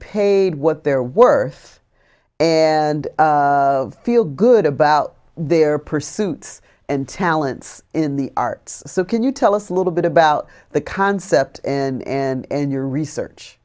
paid what they're worth and of feel good about their pursuits and talents in the arts so can you tell us a little bit about the concept and your research